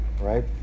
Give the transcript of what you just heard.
right